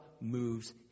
moves